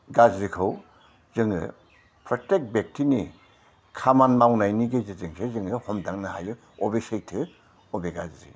गाज्रिखौ जोङो प्रत्येक बेक्तिनि खामानि मावनायनि गेजेरजोंसो जोङो हमदांनो हायो अबे सैथो अबे गाज्रि